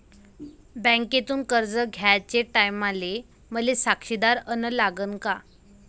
बँकेतून कर्ज घ्याचे टायमाले मले साक्षीदार अन लागन का?